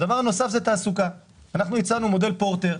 אנחנו הצענו מודל פורטר,